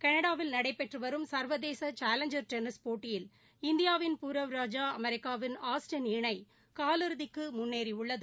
களடாவில் நடைபெற்றுவரும் சா்வதேசசேலஞ்சா் டென்னிஸ் போட்டியில் இந்தியாவின் புரவ் ராஜா அமெரிக்காவின் ஆஸ்டின் இணைகால் இறுதிக்குமுன்னேறியு்ளளது